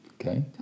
Okay